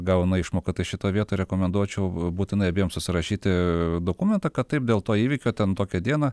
gauna išmoką tai šitoj vietoj rekomenduočiau būtinai abiems surašyti dokumentą kad taip dėl to įvykio ten tokią dieną